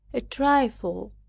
a trifle,